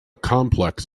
complex